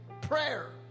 prayer